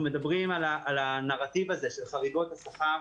אנחנו מדברים על הנרטיב הזה של חריגות השכר,